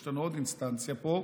יש לנו עוד אינסטנציה פה,